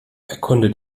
erkunde